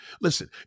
listen